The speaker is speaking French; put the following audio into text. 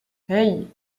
hey